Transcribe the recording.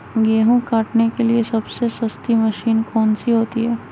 गेंहू काटने के लिए सबसे सस्ती मशीन कौन सी होती है?